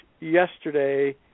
yesterday